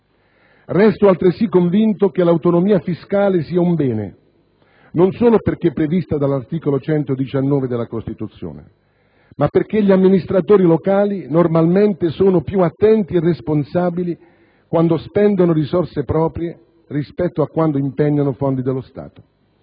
Resto altresì convinto che l'autonomia fiscale sia un bene, non solo perché prevista dall'articolo 119 della Costituzione, ma perché gli amministratori locali normalmente sono più attenti e responsabili quando spendono risorse proprie rispetto a quando impegnano fondi dello Stato